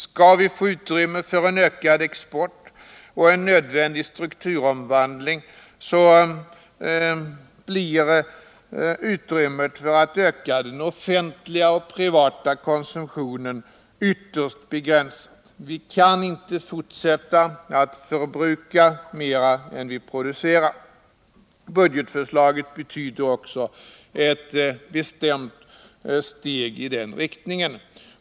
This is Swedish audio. Skall vi få utrymme för en ökning av exporten och en nödvändig strukturomvandling, blir utrymmet för en ökning av den offentliga och privata konsumtionen ytterst begränsat. Vi kan inte fortsätta att förbruka mer än vi producerar. Budgetförslaget betyder också ett bestämt steg i den riktningen.